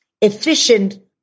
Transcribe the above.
efficient